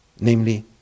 Namely